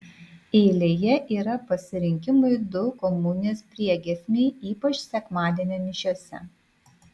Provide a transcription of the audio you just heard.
eilėje yra pasirinkimui du komunijos priegiesmiai ypač sekmadienio mišiose